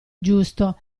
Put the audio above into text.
giusto